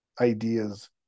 ideas